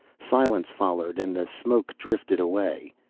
silence followed and the smoke drifted away.